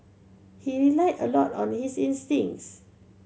he relied a lot on his instincts